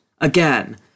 Again